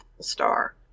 star